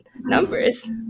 numbers